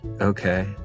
okay